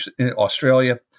Australia